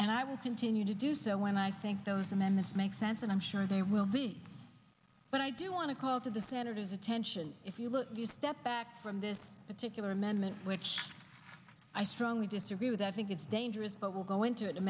and i will continue to do so when i think those amendments make sense and i'm sure they will be but i do want to call to the senators attention if you look you step back from this particular amendment which i strongly disagree with i think it's dangerous but we're going to